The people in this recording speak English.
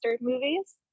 movies